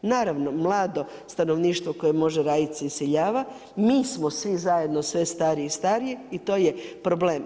Naravno, mlado stanovništvo koje može raditi se iseljava mi smo svi zajedno sve stariji i stariji i to je problem.